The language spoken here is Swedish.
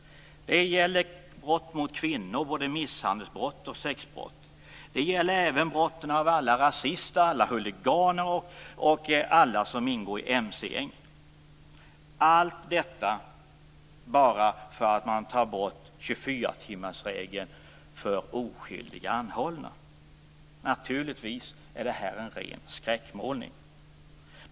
Det gäller brott mot kvinnor, både misshandelsbrott och sexbrott. Det gäller även brott av alla rasister, huliganer och alla som ingår i mc-gäng - allt detta bara för att man tar bort 24-timmarsregeln för oskyldiga anhållna. Naturligtvis är detta en ren skräckmålning.